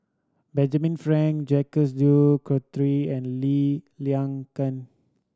Benjamin Frank Jacques De Coutre and Lee Liang